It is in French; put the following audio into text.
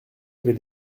avez